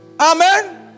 Amen